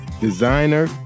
Designer